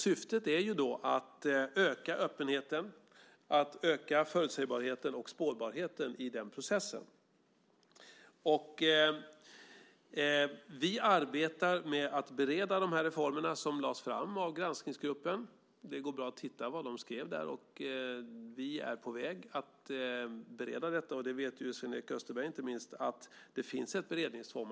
Syftet är att öka öppenheten, förutsägbarheten och spårbarheten i den processen. Vi arbetar med att bereda de reformer som lades fram av granskningsgruppen. Det går bra att titta vad de skrev. Vi är på väg att bereda detta. Sven-Erik Österberg vet ju att det finns ett beredningstvång.